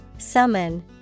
Summon